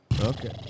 Okay